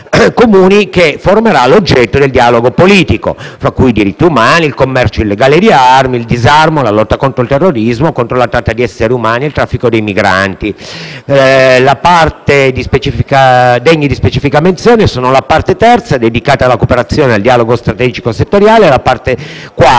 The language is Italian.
comuni che formerà l'oggetto del dialogo politico, fra cui i diritti umani, il commercio illegale di armi, il disarmo, la lotta contro il terrorismo, contro la tratta di esseri umani e il traffico di migranti. Degne di specifica menzione sono la parte III, dedicata alla cooperazione e al dialogo strategico settoriale, e la parte IV